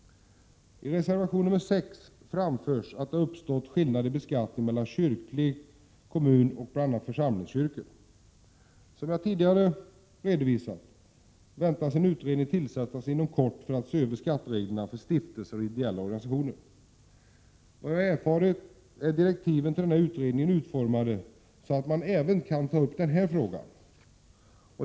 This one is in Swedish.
I reservation 6 framförs att det uppstått skillnad i beskattning mellan kyrklig kommun och bl.a. församlingskyrkor. Som jag tidigare redovisat väntas en utredning inom kort tillsättas för att se över skattereglerna för stiftelser och ideella organisationer. Såvitt jag erfarit är direktiven till denna utredning utformade så, att man även kan ta upp denna fråga.